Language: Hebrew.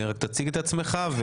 תציג את עצמך.